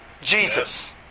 Jesus